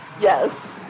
Yes